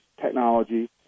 technology